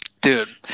Dude